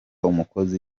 umukozi